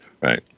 Right